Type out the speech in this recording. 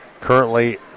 currently